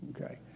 Okay